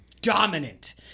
dominant